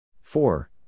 four